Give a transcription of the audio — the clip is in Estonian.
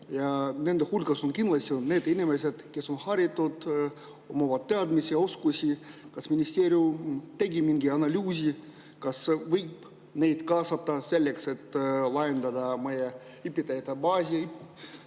ja nende hulgas on kindlasti inimesi, kes on haritud, omavad teadmisi ja oskusi. Kas ministeerium on teinud mingi analüüsi, kas võib neid kaasata selleks, et laiendada meie õpetajate baasi?